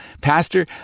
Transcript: Pastor